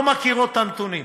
לא מכירות את הנתונים.